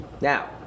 now